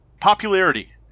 Popularity